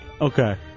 Okay